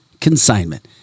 Consignment